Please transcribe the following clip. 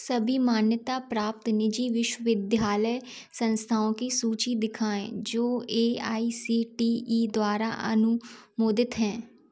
सभी मान्यता प्राप्त निजी विश्वविद्यालय संस्थानों की सूची दिखाएँ जो A I C T E द्वारा अनु मोदित हैं